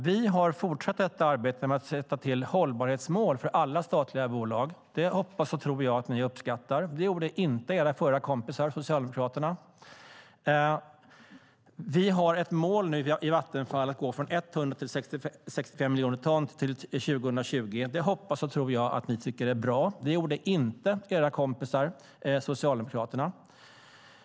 Vi har fortsatt detta arbete med att sätta upp hållbarhetsmål för alla statliga bolag. Det hoppas och tror jag att ni uppskattar. Det gjorde inte era tidigare kompisar Socialdemokraterna. Vi har nu ett mål i Vattenfall att gå från 100 till 65 miljoner ton till 2020. Det hoppas och tror jag att ni tycker är bra. Det gjorde inte era kompisar Socialdemokraterna.